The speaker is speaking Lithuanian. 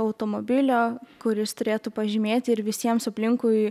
automobilio kuris turėtų pažymėti ir visiems aplinkui